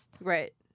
Right